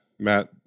Matt